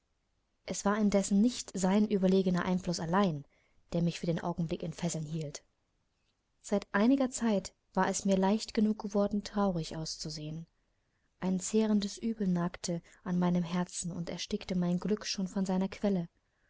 es war indessen nicht sein überlegener einfluß allein der mich für den augenblick in fesseln hielt seit einiger zeit war es mir leicht genug geworden traurig auszusehen ein zehrendes übel nagte an meinem herzen und erstickte mein glück schon an seiner quelle